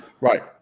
right